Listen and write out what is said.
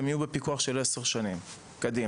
הם יהיו בפיקוח של עשר שנים קדימה.